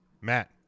Matt